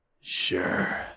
sure